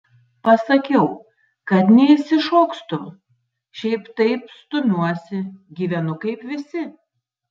pasakiau kad neišsišokstu šiaip taip stumiuosi gyvenu kaip visi